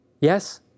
Yes